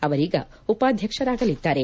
ಅವರೀಗ ಉಪಾಧ್ಯಕ್ಷರಾಗಲಿದ್ದಾರೆ